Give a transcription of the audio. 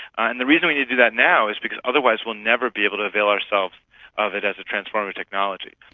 and the reason we need to do that now is because otherwise we'll never be able to avail ourselves of it as a transformative technology.